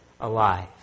alive